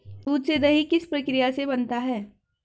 दूध से दही किस प्रक्रिया से बनता है?